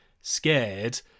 scared